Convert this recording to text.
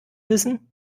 wissen